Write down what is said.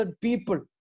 people